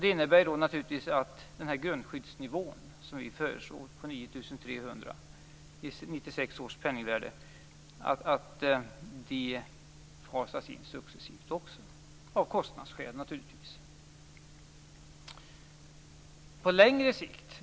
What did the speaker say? Det innebär att grundskyddsnivån som vi föreslår på 9 300 kr i 1996 års penningvärde fasas in successivt - naturligtvis av kostnadsskäl.